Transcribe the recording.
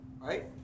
right